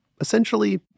essentially